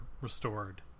restored